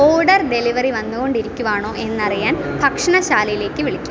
order delivery വന്നുകൊണ്ടിരിക്കുകയാണോ എന്നറിയാൻ ഭക്ഷണശാലയിലേക്ക് വിളിക്കുക